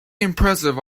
impressive